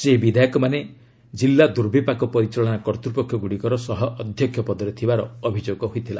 ସେହି ବିଧାୟକମାନେ ଜିଲ୍ଲା ଦୁର୍ବିପାକ ପରିଚାଳନା କର୍ତ୍ତୃପକ୍ଷଗୁଡ଼ିକର ସହ ଅଧ୍ୟକ୍ଷ ପଦରେ ଥିବାର ଅଭିଯୋଗ ହୋଇଥିଲା